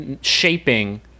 shaping